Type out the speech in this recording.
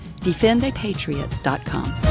Defendapatriot.com